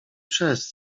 przez